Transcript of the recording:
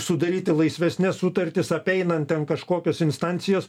sudaryti laisvesnes sutartis apeinant ten kažkokios instancijos